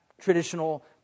traditional